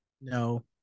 No